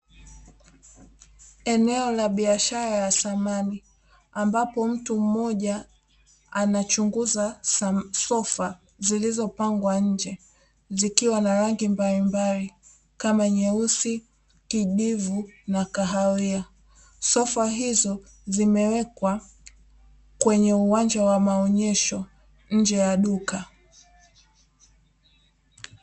Eneo la biashara ya samani, ambapo mtu mmoja anachunguza sofa zilizopangwa nje. Zikiwa na rangi mbalimbali kama nyeusi, kijivu na kahawia. Sofa hizo zimewekwa kwenye uwanja wa maonyesho, nje ya duka.